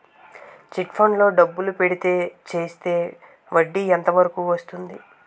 Chit funds లో డబ్బులు పెడితే చేస్తే వడ్డీ ఎంత వరకు వస్తుంది?